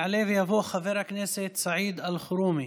יעלה ויבוא חבר הכנסת סעיד אלחרומי,